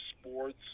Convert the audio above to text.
sports